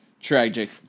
tragic